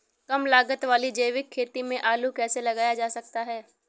कम लागत वाली जैविक खेती में आलू कैसे लगाया जा सकता है?